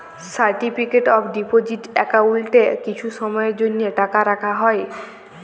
certificate of deposit একাউল্টে কিছু সময়ের জ্যনহে টাকা রাখা হ্যয়